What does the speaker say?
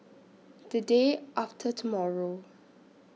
The Day after tomorrow